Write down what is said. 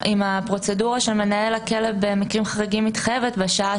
אם הפרוצדורה של מנהל הכלא במקרים חריגים מתחייבת בשעה